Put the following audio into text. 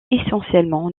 essentiellement